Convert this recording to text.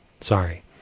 Sorry